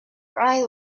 right